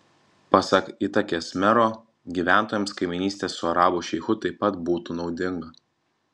pasak itakės mero gyventojams kaimynystė su arabų šeichu taip pat būtų naudinga